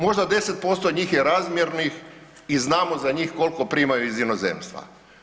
Možda 10% njih je razmjernih i znamo za njih kolko primaju iz inozemstva.